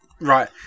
Right